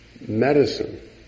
medicine